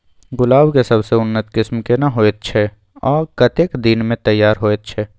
गुलाब के सबसे उन्नत किस्म केना होयत छै आ कतेक दिन में तैयार होयत छै?